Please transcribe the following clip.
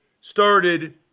started